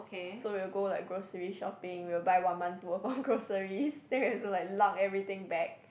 so we will go like grocery shopping we will buy one month's worth of groceries then we have to like lug everything back